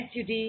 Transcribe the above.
SUD